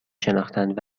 شناختند